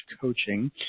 coaching